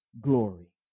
glory